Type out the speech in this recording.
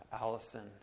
Allison